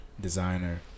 designer